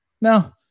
no